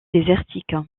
désertique